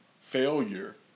failure